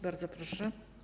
Bardzo proszę.